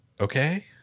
okay